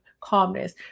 calmness